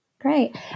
Great